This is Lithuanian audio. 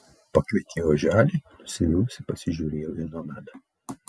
pakvietei oželį nusivylusi pasižiūrėjau į nomedą